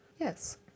Yes